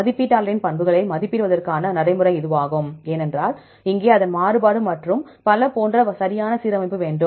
மதிப்பீட்டாளரின் பண்புகளை மதிப்பிடுவதற்கான நடைமுறை இதுவாகும் ஏனென்றால் இங்கே அதன் மாறுபாடு மற்றும் பல போன்ற சரியான சீரமைப்பு வேண்டும்